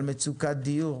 על מצוקת דיור,